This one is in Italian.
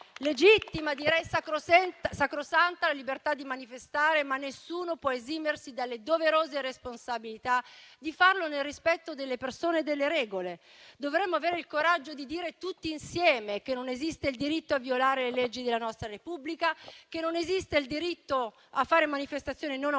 direi sacrosanta, la libertà di manifestare, ma nessuno può esimersi dalle doverose responsabilità di farlo nel rispetto delle persone e delle regole. Dovremmo avere il coraggio di dire tutti insieme che non esiste il diritto a violare le leggi della nostra Repubblica, a fare manifestazioni non autorizzate,